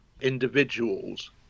individuals